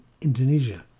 Indonesia